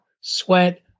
sweat